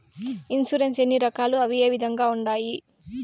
insurance ఎన్ని రకాలు అవి ఏ విధంగా ఉండాయి